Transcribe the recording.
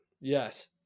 Yes